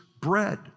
bread